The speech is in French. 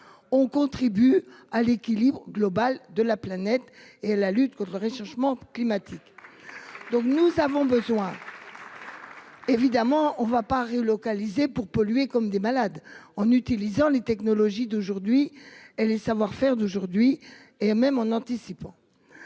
On contribue à l'équilibre global de la planète et à la lutte contre le réchauffement climatique. Donc nous avons besoin. Évidemment on ne va pas re-localiser pour polluer comme des malades en utilisant les technologies d'aujourd'hui, elle est savoir-faire d'aujourd'hui et même en anticipant.